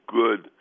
good